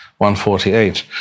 148